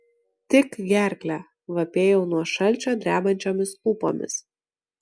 tik gerklę vapėjau nuo šalčio drebančiomis lūpomis